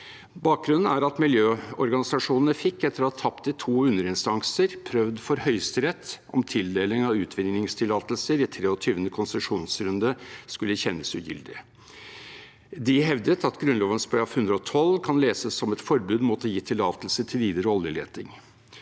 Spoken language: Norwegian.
Bakgrunnen er at miljøorganisasjonene, etter å ha tapt i to underinstanser, fikk prøvd for Høyesterett at tildeling av utvinningstillatelser i 23. konsesjonsrunde skulle kjennes ugyldig. De hevdet at Grunnloven § 112 kan leses som et forbud mot å gi tillatelse til videre oljeleting.